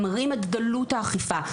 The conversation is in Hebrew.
הם מראים על דלות האכיפה,